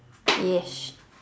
yes